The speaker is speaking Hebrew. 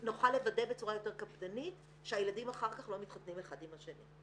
נוכל לוודא בצורה יותר קפדנית שהילדים אחר כך לא מתחתנים אחד עם השני.